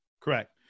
Correct